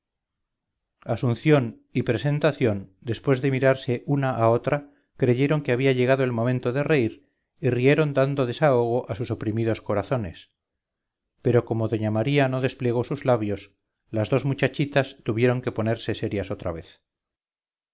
asunción y presentación después de mirarse una a otra creyeron que había llegado el momento de reír y rieron dando desahogo a sus oprimidos corazones pero como doña maría no desplegó sus labios las dos muchachitas tuvieron que ponerse serias otra vez